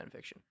fanfiction